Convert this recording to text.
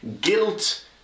Guilt